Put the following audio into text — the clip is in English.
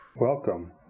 Welcome